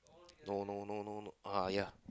no no no no uh ya